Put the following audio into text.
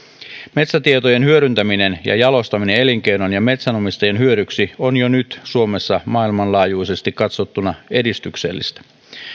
metsätietojen hyödyntäminen ja jalostaminen elinkeinon ja metsänomistajien hyödyksi on jo nyt suomessa maailmanlaajuisesti katsottuna edistyksellistä